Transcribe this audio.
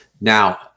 Now